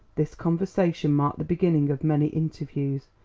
this conversation marked the beginning of many interviews,